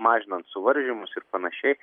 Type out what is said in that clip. mažinant suvaržymus ir panašiai